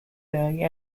ely